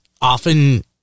often